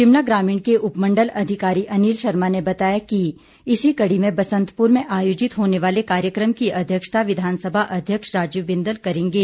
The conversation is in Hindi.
शिमला ग्रामीण के उपमंडल अधिकारी अनिल शर्मा ने बताया कि इसी कड़ी में बसंतपुर में आयोजित होने वाले कार्यक्रम की अध्यक्षता विधानसभा अध्यक्ष राजीव बिंदल करेंगे